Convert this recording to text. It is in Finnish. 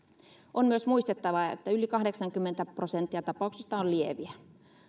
on myös muistettava että yli kahdeksankymmentä prosenttia tapauksista on lieviä